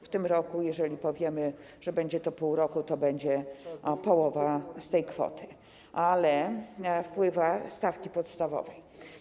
W tym roku, jeżeli powiemy, że będzie to pół roku, to będzie połowa tej kwoty - chodzi o stawkę podstawową.